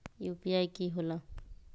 UPI कि होला?